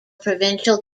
provincial